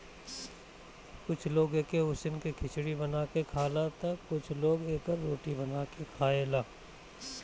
कुछ लोग एके उसिन के खिचड़ी बना के खाला तअ कुछ लोग एकर रोटी बना के खाएला